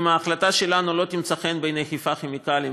אם ההחלטה שלנו לא תמצא חן בעיני חיפה כימיקלים,